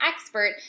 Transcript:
expert